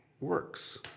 works